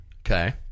Okay